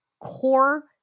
core